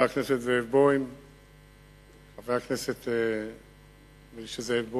חבר הכנסת נסים זאב,